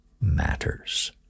matters